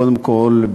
קודם כול,